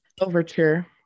Overture